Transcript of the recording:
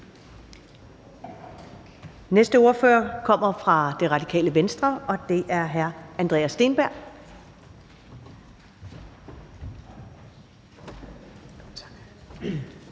næste ordfører kommer fra Radikale Venstre, og det er hr. Andreas Steenberg.